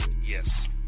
Yes